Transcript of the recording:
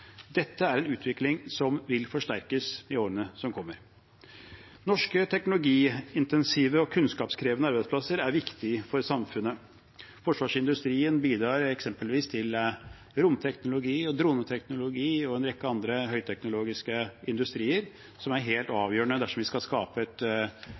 Dette er en utvikling som vil forsterkes i årene som kommer. Norske teknologiintensive og kunnskapskrevende arbeidsplasser er viktige for samfunnet. Forsvarsindustrien bidrar eksempelvis til romteknologi og droneteknologi og en rekke andre høyteknologiske industrier som er helt